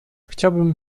chciałbym